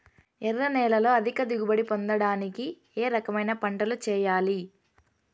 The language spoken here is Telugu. ఎర్ర నేలలో అధిక దిగుబడి పొందడానికి ఏ రకమైన పంటలు చేయాలి?